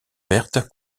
verte